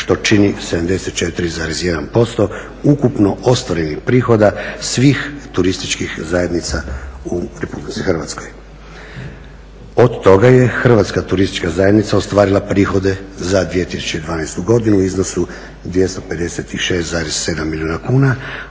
što čini 74,1% ukupno ostvarenih prihoda svih turističkih zajednica u Republici Hrvatskoj. Od toga je Hrvatska turistička zajednica ostvarila prihode za 2012. godinu u iznosu od 256,7 milijuna kuna,